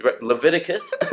Leviticus